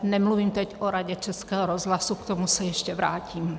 Nemluvím teď o Radě Českého rozhlasu, k tomu se ještě vrátím.